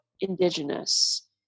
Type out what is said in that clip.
indigenous